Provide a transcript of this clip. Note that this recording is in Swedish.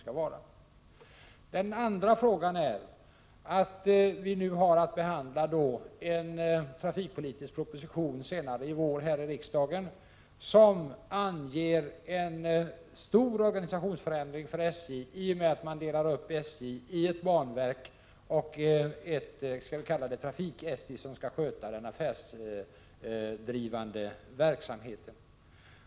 Beträffande den andra frågan har riksdagen senare i vår att behandla en trafikpolitisk proposition, som anger en stor organisationsförändring i och med att SJ delas upp i ett banverk och ett ”trafikverk” — skall vi kalla detta trafik-SJ — som skall sköta den affärsdrivande verksamheten.